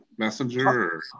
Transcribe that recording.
messenger